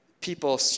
People